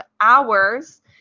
hours